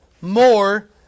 more